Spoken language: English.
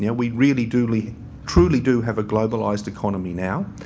yeah we really duly truly do have a globalised economy now.